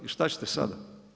I šta ćete sad?